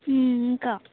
ఇంకా